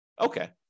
Okay